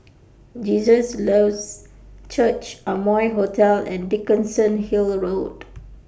Jesus Lives Church Amoy Hotel and Dickenson Hill Road